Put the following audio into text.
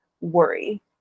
worry